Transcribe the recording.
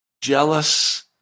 jealous